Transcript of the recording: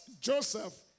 Joseph